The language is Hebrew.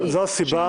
האוצר?